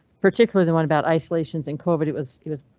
particularly one about isolations and covered it was it was.